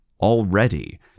Already